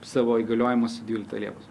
savo įgaliojimus dvyliktą liepos